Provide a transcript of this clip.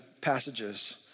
passages